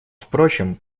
впрочем